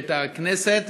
ואת הכנסת,